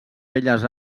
belles